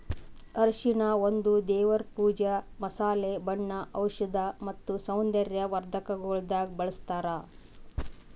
ಅರಿಶಿನ ಒಂದ್ ದೇವರ್ ಪೂಜಾ, ಮಸಾಲೆ, ಬಣ್ಣ, ಔಷಧ್ ಮತ್ತ ಸೌಂದರ್ಯ ವರ್ಧಕಗೊಳ್ದಾಗ್ ಬಳ್ಸತಾರ್